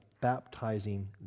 baptizing